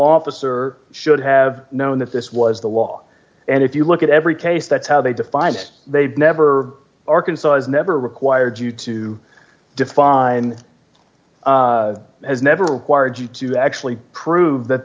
officer should have known that this was the law and if you look at every case that's how they define it they never arkansas never required you to define has never required you to actually prove that